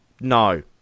No